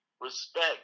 respect